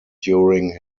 during